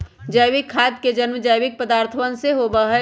जैविक खाद के जन्म जैविक पदार्थवन से होबा हई